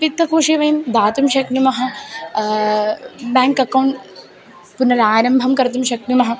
वित्तकोषे वयं दातुं शक्नुमः बेङ्क् अकौण्ट् पुनरारम्भं कर्तुं शक्नुमः